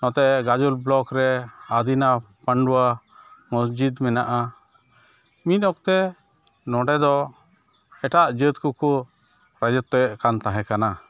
ᱱᱚᱛᱮ ᱜᱟᱡᱚᱞ ᱵᱞᱚᱠᱨᱮ ᱟᱫᱤᱱᱟ ᱯᱟᱱᱰᱩᱣᱟ ᱢᱚᱥᱡᱤᱫᱽ ᱢᱮᱱᱟᱜᱼᱟ ᱢᱤᱫᱚᱠᱛᱮ ᱱᱚᱸᱰᱮᱫᱚ ᱮᱴᱟᱜ ᱡᱟᱹᱛᱠᱚᱠᱚ ᱨᱟᱡᱚᱛᱛᱚᱭᱮᱫ ᱠᱟᱱ ᱛᱟᱦᱮᱸᱠᱟᱱᱟ